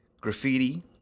graffiti